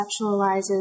conceptualizes